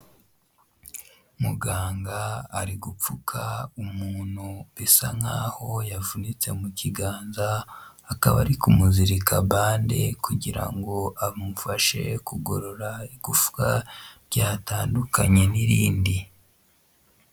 Muganga ari gupfuka umuntu bisa nkaho yavunitse mu kiganza, akaba ari kumuzirika bande kugira ngo amufashe kugorora igufwa ryatandukanye n'irindi.